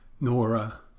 Nora